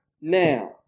now